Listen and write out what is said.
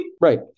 Right